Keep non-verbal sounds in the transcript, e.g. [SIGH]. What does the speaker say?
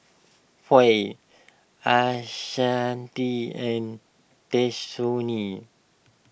Foy Ashanti and [UNINTELLIGIBLE]